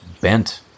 bent